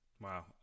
Wow